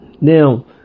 now